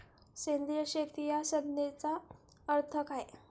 सेंद्रिय शेती या संज्ञेचा अर्थ काय?